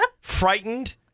frightened